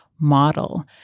model